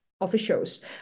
officials